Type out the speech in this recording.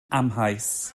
amheus